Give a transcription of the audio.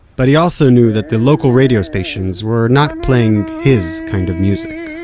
but he also knew that the local radio stations were not playing his kind of music